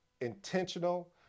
intentional